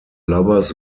lover’s